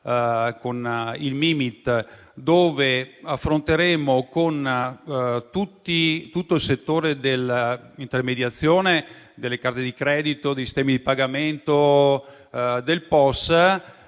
con il Mimit, dove affronteremo la questione con tutto il settore dell'intermediazione, delle carte di credito e dei sistemi di pagamento legati